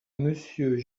monsieur